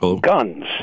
Guns